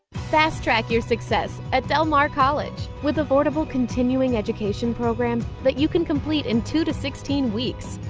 fast track your success at del mar college. with affordable continuing education programs that you can complete in two to sixteen weeks,